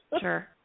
Sure